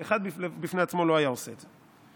אחד בפני עצמו לא היה עושה את זה.